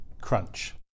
crunch